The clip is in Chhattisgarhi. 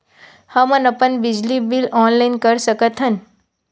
हमन अपन बिजली बिल ऑनलाइन कर सकत हन?